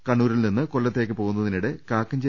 കണ്ണൂ രിൽനിന്നും കൊല്ലത്തേക്ക് പോകുന്നതിനിടെ കാക്കഞ്ചേ